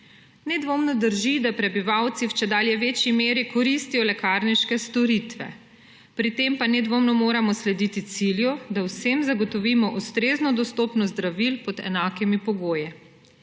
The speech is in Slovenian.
Nedvomno drži, da prebivalci v čedalje večji meri koristijo lekarniške storitve, pri tem pa nedvomno moramo slediti cilju, da vsem zagotovimo ustrezno dostopnost zdravil pod enakimi pogoji.